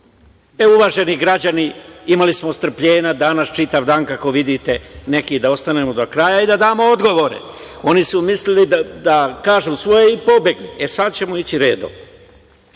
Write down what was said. Uvaženi građani, imalo smo strpljenja danas čitav dan, kako vidite, neki da ostanemo do kraja i da damo odgovore. Oni su mislili da kažu svoje i da pobegnu. E, sad ćemo ići